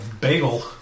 bagel